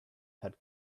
had